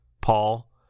Paul